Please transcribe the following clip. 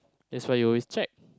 that's why you always check